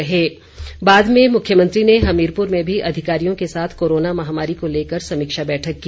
हमीरपुर समीक्षा बाद में मुख्यमंत्री ने हमीरपुर में भी अधिकारियों के साथ कोरोना महामारी को लेकर समीक्षा बैठक की